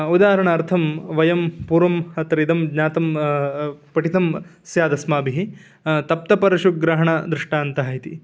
उदाहरणार्थं वयं पूर्वम् अत्र इदं ज्ञातं पठितं स्यादस्माभिः तप्तपरशुग्रहणः दृष्टान्तः इति